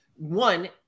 One